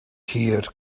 hir